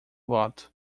voto